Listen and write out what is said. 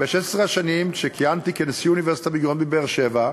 שב-16 השנים שכיהנתי כנשיא אוניברסיטת בן-גוריון בבאר-שבע,